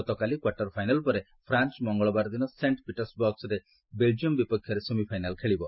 ଗତକାଲିର quarter final ପରେ France ମଙ୍ଗଳବାର ଦିନ ସେଣ୍ଢ୍ ପିଟର୍ସବର୍ଗରେ ବେଲ୍ଜିୟମ୍ ବିପକ୍ଷରେ ସେମିଫାଇନାଲ୍ ଖେଳିବ